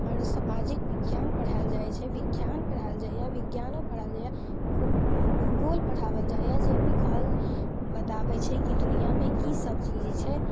आओर सामाजिक विज्ञान पढ़ैल जाइ छै विज्ञान पढ़ैल जाइए विज्ञानो पढ़ैल जाइए भूगोल पढ़ाबल जाइए जाहिमे कहल बताबै छै की दुनिआमे की सब चीज छै